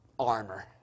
Armor